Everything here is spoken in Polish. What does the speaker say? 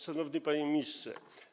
Szanowny Panie Ministrze!